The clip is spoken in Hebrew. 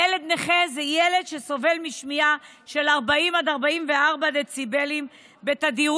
ילד נכה הוא ילד שסובל משמיעה של 40 44 דציבלים בתדירות